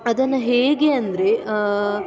ಅದನ್ನು ಹೇಗೆ ಅಂದರೆ